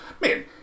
Man